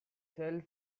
shelf